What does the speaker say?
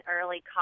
early